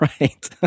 Right